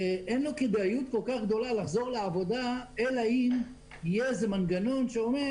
אין לו כדאיות כל כך גדולה לחזור לעבודה אלא אם יהיה איזה מנגנון שאומר